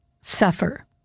suffer